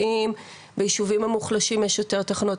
האם ביישובים המוחלשים יש יותר תחנות?